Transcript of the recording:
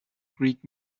greek